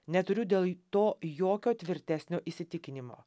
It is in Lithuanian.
neturiu dėl to jokio tvirtesnio įsitikinimo